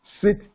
Sit